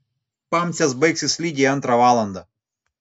pamcės baigsis lygiai antrą valandą